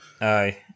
Aye